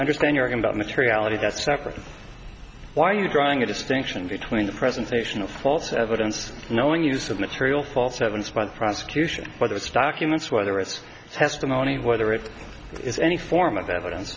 understand you're going about materiality that structure why are you drawing a distinction between the presentation of false evidence knowing use of material false evidence by the prosecution whether it's documents whether it's testimony whether it is any form of evidence